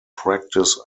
practice